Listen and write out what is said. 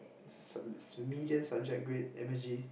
s~ median subject grade M_S_G